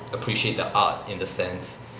appreciate the art in the sense